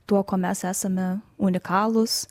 tuo kuo mes esame unikalūs